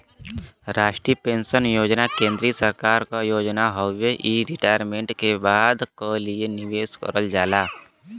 राष्ट्रीय पेंशन योजना केंद्रीय सरकार क योजना हउवे इ रिटायरमेंट के बाद क लिए निवेश करल जाला